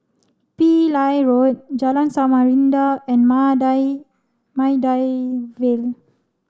Pillai Road Jalan Samarinda and Maida Maida Vale